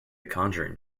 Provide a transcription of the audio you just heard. conjuring